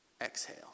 exhale